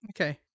okay